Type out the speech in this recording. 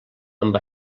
amb